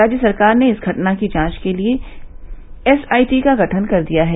राज्य सरकार ने इस घटना की जांच के लिए एसआईटी का गठन कर दिया है